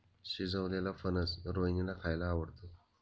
शिजवलेलेला फणस रोहिणीला खायला आवडतो